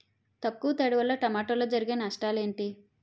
తక్కువ తడి వల్ల టమోటాలో జరిగే నష్టాలేంటి?